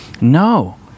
No